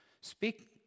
speak